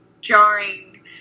jarring